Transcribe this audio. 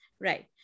right